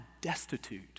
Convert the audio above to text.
destitute